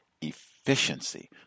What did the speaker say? efficiency